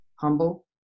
Humble